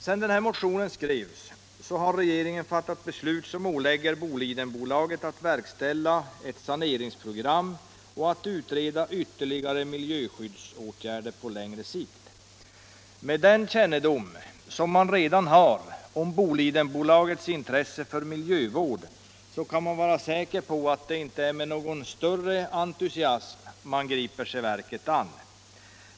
Sedan motionen skrevs har regeringen fattat beslut som ålägger Bolidenbolaget att verkställa ett saneringsprogram och att utreda ytterligare miljöskyddsåtgärder på längre sikt. Med den kännedom vi redan har om Bolidenbolagets intresse för miljövård kan vi vara säkra på att det inte är med någon större entusiasm företaget griper sig verket an.